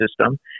system